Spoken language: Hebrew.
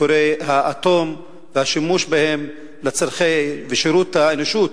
כורי האטום, והשימוש בהם לצורכי ובשירות האנושות,